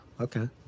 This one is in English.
Okay